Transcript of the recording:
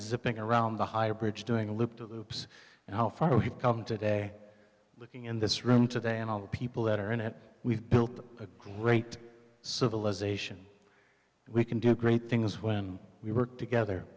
zipping around the high bridge doing a loop de loops and how far we've come today looking in this room today and all the people that are in it we've built a great civilization we can do great things when we work together